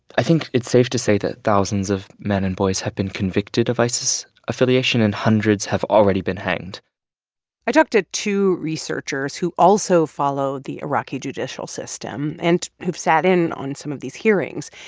i think it's safe to say that thousands of men and boys have been convicted of isis affiliation, and hundreds have already been hanged i talked to two researchers who also follow the iraqi judicial system and who've sat in on some of these hearings.